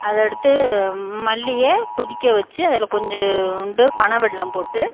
அதை எடுத்து மல்லியை கொதிக்க வச்சு அதில் கொஞ்சோண்டு பனைவெல்லம் போட்டு